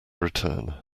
return